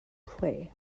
play